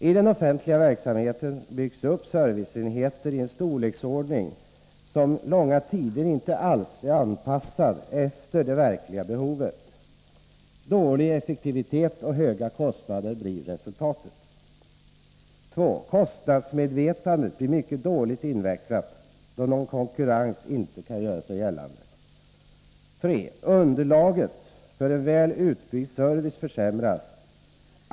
I den offentliga verksamheten byggs upp serviceenheter i en storleksordning som långa tider inte alls är anpassad efter det verkliga behovet. Dålig effektivitet och höga kostnader blir resultatet. 2. Kostnadsmedvetandet blir mycket dåligt utvecklat, då någon konkurrens inte kan göra sig gällande. 3. Underlaget för en väl utbyggd service försämras.